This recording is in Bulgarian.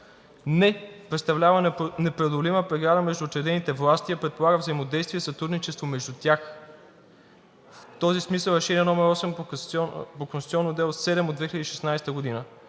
не представлява непреодолима преграда между учредените власти, а предполага взаимодействие и сътрудничество между тях. В този смисъл е Решение № 8 по конституционно дело № 7 от 2016 г.